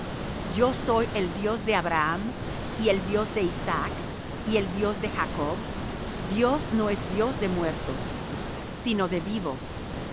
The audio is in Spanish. yo soy el dios de abraham y el dios de isaac y el dios de jacob dios no es dios de muertos sino de vivos